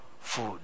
food